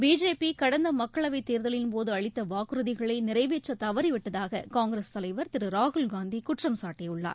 BJP கடந்த மக்களவைத் தேர்தலின் போது அளித்த வாக்குறுதிகளை நிறைவேற்ற தவறி விட்டதாக காங்கிரஸ் தலைவர் திரு ராகுல் காந்தி குற்றம் சாட்டியுள்ளார்